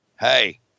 Hey